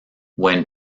when